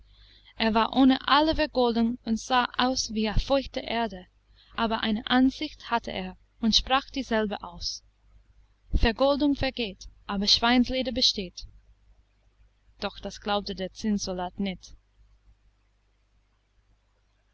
er war ohne alle vergoldung und sah aus wie feuchte erde aber eine ansicht hatte er und sprach dieselbe aus vergoldung vergeht aber schweinsleder besteht doch das glaubte der zinnsoldat nicht